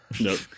Nope